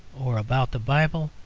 or about the bible,